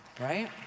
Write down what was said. right